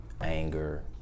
anger